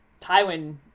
Tywin